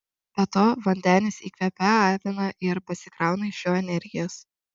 be to vandenis įkvepią aviną ir pasikrauna iš jo energijos